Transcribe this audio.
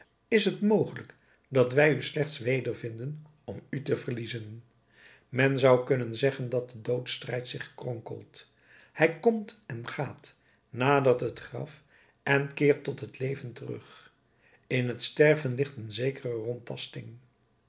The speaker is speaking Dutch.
is t mogelijk dat wij u slechts wedervinden om u te verliezen men zou kunnen zeggen dat de doodsstrijd zich kronkelt hij komt en gaat nadert het graf en keert tot het leven terug in het sterven ligt een zekere